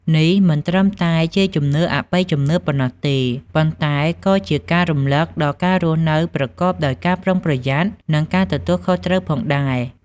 នេះមិនត្រឹមតែជាជំនឿអបិយជំនឿប៉ុណ្ណោះទេ ប៉ុន្តែក៏ជាការរំលឹកដល់ការរស់នៅប្រកបដោយការប្រុងប្រយ័ត្ន និងការទទួលខុសត្រូវផងដែរ ។